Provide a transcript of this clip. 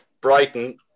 Brighton